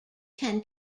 can